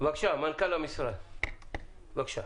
מנכ"ל המשרד להגנת הסביבה, בבקשה.